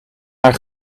haar